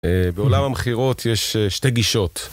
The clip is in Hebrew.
בעולם המכירות יש שתי גישות.